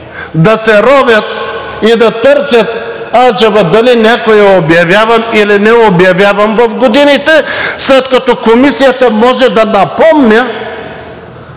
да се ровят и да търсят аджеба дали някой е обявяван, или не е обявяван в годините, след като Комисията може да напомня